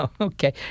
Okay